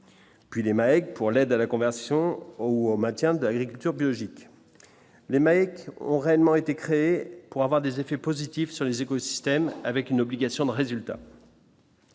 Puis les mecs pour l'aide à la conversion au au maintien de l'agriculture biologique, les mecs ont réellement été créé. Pour avoir des effets positifs sur les écosystèmes, avec une obligation de résultat.